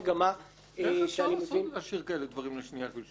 איך אפשר להשאיר כאלה דברים לשנייה ושלישית?